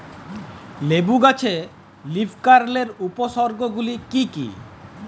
লেবু গাছে লীফকার্লের উপসর্গ গুলি কি কী?